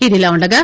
ఇదిలాఉండగా